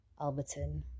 Alberton